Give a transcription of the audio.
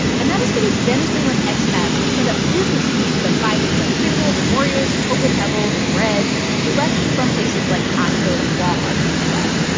and that is because venezuelan expats have set up businesses that buy things like pringles and oreos and cocoa pebbles and bread directly from places like costco and wal-mart in the u s.